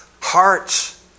hearts